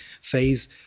phase